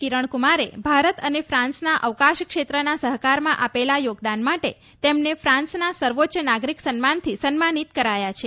કિરણ કુમારે ભારત અને ફાંસના અવકાશ ક્ષેત્રના સહકારમાં આપેલા યોગદાન માટે તેમને ફાન્સના સર્વોચ્ચ નાગરિક સન્માનથી સન્માનિત કરાયા છે